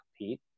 compete